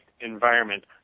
environment